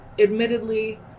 admittedly